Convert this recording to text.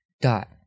dot